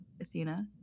Athena